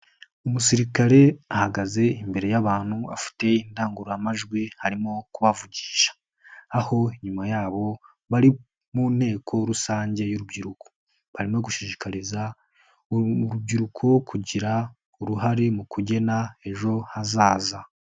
Umusirikare ahagaze imbere y'abantu, afite indangururamajwi arimo kubavugisha, aho inyuma yabo bari mu nteko rusange y'urubyiruko, barimo gushishikariza urubyiruko kugira uruhare mu kugena ejo hazaza.